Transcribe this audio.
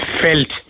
felt